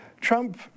Trump